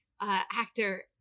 actor